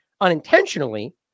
unintentionally